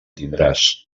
tindràs